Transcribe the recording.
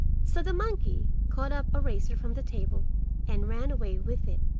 so the monkey caught up a razor from the table and ran away with it,